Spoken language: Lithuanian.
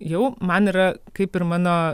jau man yra kaip ir mano